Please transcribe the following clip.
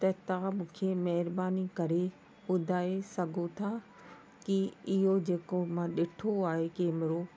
त तव्हां मूंखे महिरबानी करे ॿुधाए सघो था की इहो जेको मां ॾिठो आहे कैमरो